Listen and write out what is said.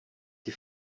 die